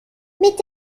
mit